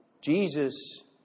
Jesus